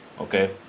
Okay